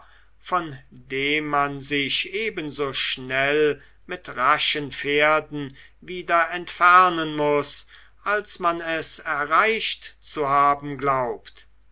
von dem man sich ebenso schnell mit raschen pferden wieder entfernen muß als man es erreicht zu haben glaubt